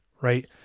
right